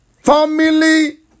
family